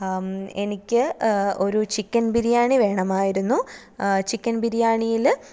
എനിക്ക് ഒരു ചിക്കന് ബിരിയാണി വേണമായിരുന്നു ചിക്കന് ബിരിയാണിയിൽ